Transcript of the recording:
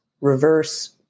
reverse